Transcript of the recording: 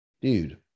Dude